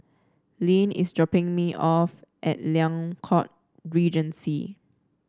Leann is dropping me off at Liang Court Regency